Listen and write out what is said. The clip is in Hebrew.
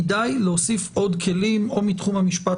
כדאי להוסיף עוד כלים או מתחום המשפט